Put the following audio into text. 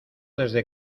desde